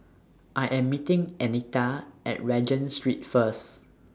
I Am meeting Anita At Regent Street First